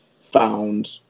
found